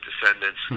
descendants